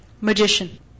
magician